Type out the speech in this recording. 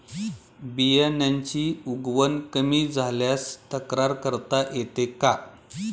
बियाण्यांची उगवण कमी झाल्यास तक्रार करता येते का?